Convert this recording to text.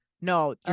no